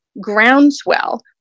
groundswell